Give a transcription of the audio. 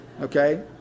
okay